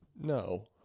No